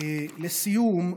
לסיום,